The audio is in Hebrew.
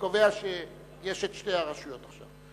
הקובע שיש את שתי הרשויות עכשיו.